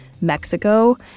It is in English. Mexico